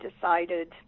decided